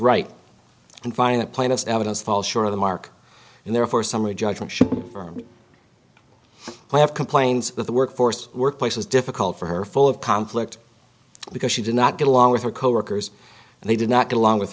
right and find the plainest evidence fall short of the mark and therefore summary judgment should have complained that the workforce workplace was difficult for her full of conflict because she did not get along with her coworkers and they did not go along with